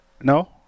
no